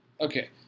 Okay